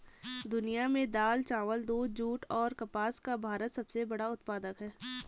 दुनिया में दाल, चावल, दूध, जूट और कपास का भारत सबसे बड़ा उत्पादक है